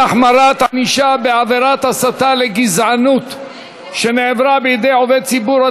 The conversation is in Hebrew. החמרת ענישה בעבירת הסתה לגזענות שנעברה בידי עובד הציבור),